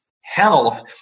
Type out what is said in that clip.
health